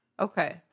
Okay